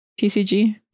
tcg